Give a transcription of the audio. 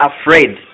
afraid